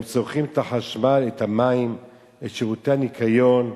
הם צורכים את החשמל, את המים, את שירותי הניקיון,